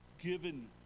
given